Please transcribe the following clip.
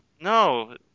No